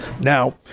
Now